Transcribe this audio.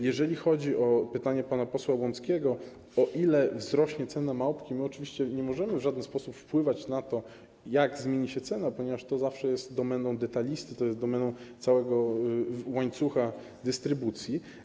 Jeżeli chodzi o pytanie pana posła Łąckiego, o ile wzrośnie cena „małpki”, my oczywiście nie możemy w żaden sposób wpływać na to, jak zmieni się cena, ponieważ to zawsze jest domeną detalisty, to jest domeną całego łańcucha dystrybucji.